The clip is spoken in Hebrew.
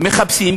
מחפשים,